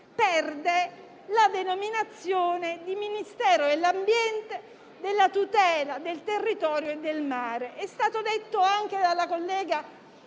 perde la denominazione di Ministero dell'ambiente e della tutela del territorio e del mare. È stato detto anche dalla collega